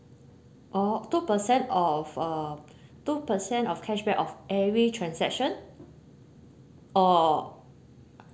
oh two percent of uh two percent of cashback of every transaction or